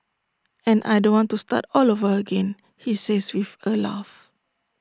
and I don't want to start all over again he says with A laugh